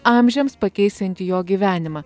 amžiams pakeisiantį jo gyvenimą